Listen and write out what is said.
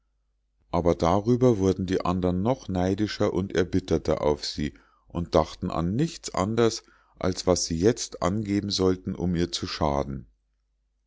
aber darüber wurden die andern noch neidischer und erbitterter auf sie und dachten an nichts anders als was sie jetzt angeben sollten um ihr zu schaden